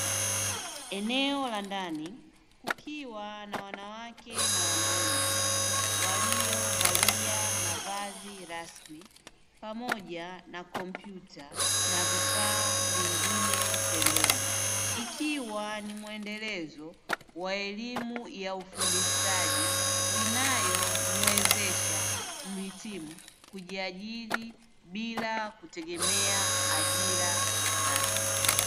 Eneo la ndani kukiwa na wanawake na wanaume waliovalia mavazi rasmi, pamoja na kompyuta na vifaa vingine pembeni, ikiwa ni muendelezo wa elimu ya ufundi stadi inayomwezesha muhitimu kujiajiri bila kutegemea ajira rasmi.